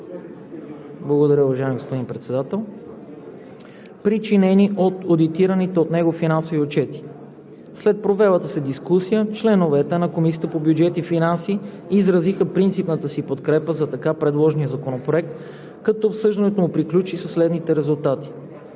уважаеми господин Председател. „След провелата се дискусия членовете на Комисията по бюджет и финанси изразиха принципната си подкрепа за така предложения законопроект, като обсъждането му приключи със следните резултати: